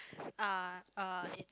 uh uh it's